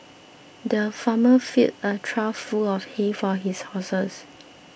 the farmer filled a trough full of hay for his horses